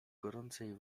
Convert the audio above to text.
gorącej